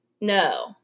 no